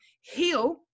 heal